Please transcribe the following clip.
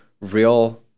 real